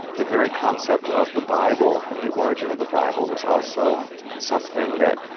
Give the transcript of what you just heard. the very concept of the bible and the origin of the bible was also something that,